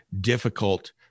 difficult